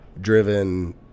driven